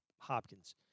Hopkins